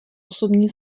osobní